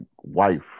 wife